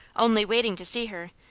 only waiting to see her,